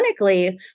clinically